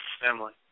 family